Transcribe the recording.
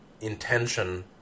intention